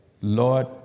Lord